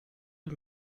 the